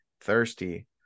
thirsty